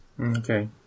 Okay